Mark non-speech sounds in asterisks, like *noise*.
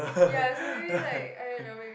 *laughs*